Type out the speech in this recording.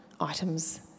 items